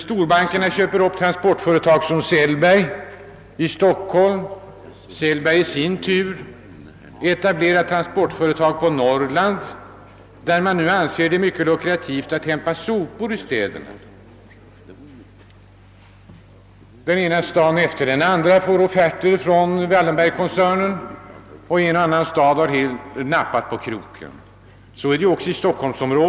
Storbankerna köper upp transportföretag som Sellbergs i Stockholm, medan Sellbergs i sin tur etablerar transportföretag i Norrland, där det nu anses mycket lukrativt att hämta sopor i städerna. Den ena staden efter den andra får offerter från Wallenberg-koncernen, och en och annan har helt nappat på kroken.